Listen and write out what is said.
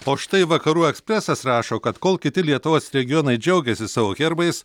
o štai vakarų ekspresas rašo kad kol kiti lietuvos regionai džiaugiasi savo herbais